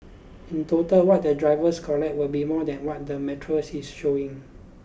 in total what the drivers collect will be more than what the metre is showing